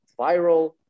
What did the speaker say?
viral